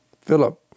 Philip